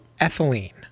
ethylene